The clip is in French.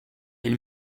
elle